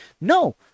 No